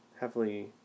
heavily